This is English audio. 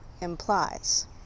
implies